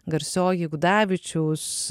garsioji gudavičiaus